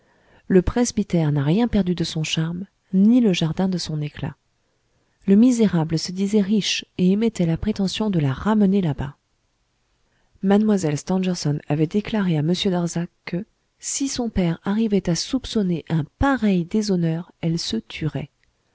le presbytère n'a rien perdu de son charme ni le jardin de son éclat le misérable se disait riche et émettait la prétention de la ramener là-bas mlle stangerson avait déclaré à m darzac que si son père arrivait à soupçonner un pareil déshonneur elle se tuerait